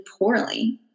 poorly